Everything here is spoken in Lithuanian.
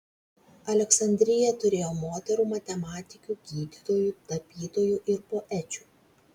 aleksandrija turėjo moterų matematikių gydytojų tapytojų ir poečių